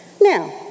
Now